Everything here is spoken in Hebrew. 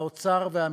האוצר והמשפטים.